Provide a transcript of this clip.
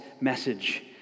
message